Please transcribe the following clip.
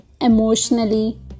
emotionally